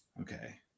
okay